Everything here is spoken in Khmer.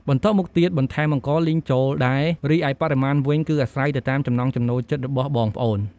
បន្ទាប់មកទៀត បន្ថែមអង្ករលីងចូលដែរ រីឯបរិមាណវិញ គឺអាស្រ័យទៅតាមចំណង់ចំណូលចិត្តរបស់បងប្អូន។